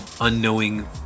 unknowing